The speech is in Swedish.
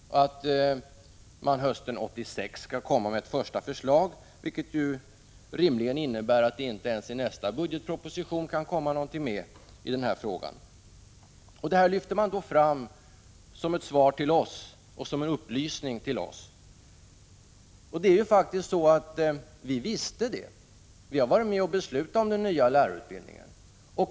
Hösten 1986 skall man lägga fram ett första förslag, vilket ju rimligen innebär att man inte ens i nästa budgetproposition kan komma med något konkret beträffande denna fråga. Det här lyfter man fram som ett svar och en upplysning till oss. Vi visste detta. Vi har varit med om att besluta om den nya lärarutbildningen.